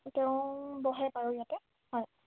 তেওঁ বহে বাৰু ইয়াতে হয়